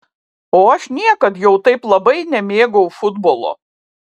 o aš niekad jau taip labai nemėgau futbolo